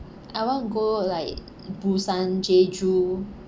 I want to go like busan jeju